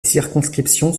circonscriptions